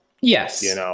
Yes